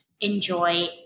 enjoy